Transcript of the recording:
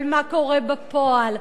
אבל מה קורה בפועל,